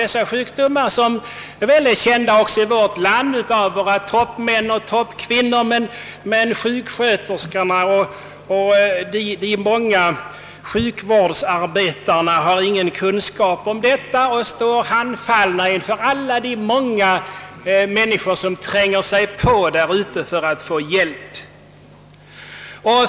Dessa sjukdomar är naturligtvis kända av våra främsta företrädare inom svensk sjukvård, men sjuksköterskor och sjukvårdare har ingen tillräcklig kunskap om dem och står handfallna inför alla de människor som tränger på därute för att få hjälp.